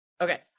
Okay